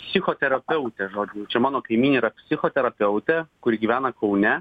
psichoterapeutė žodžiu čia mano kaimynė yra psichoterapeutė kuri gyvena kaune